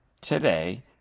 today